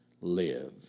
live